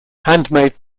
handmade